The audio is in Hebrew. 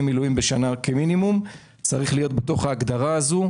מילואים בשנה צריך להיות בתוך ההגדרה הזאת.